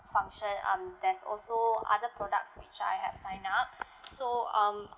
function um there's also other products which I have sign up so um